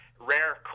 rare